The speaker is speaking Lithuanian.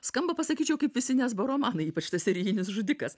skamba pasakyčiau kaip visi nesbo romanai ypač tas serijinis žudikas